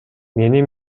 мени